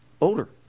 older